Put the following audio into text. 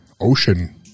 ocean